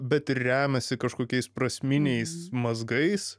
bet ir remiasi kažkokiais prasminiais mazgais